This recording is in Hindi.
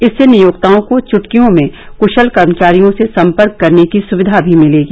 इससे नियोक्ताओं को चुटकियों में क्शल कर्मचारियों से संपर्क करने की सुविधा भी मिलेगी